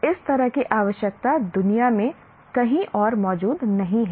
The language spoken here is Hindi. इस तरह की आवश्यकता दुनिया में कहीं और मौजूद नहीं है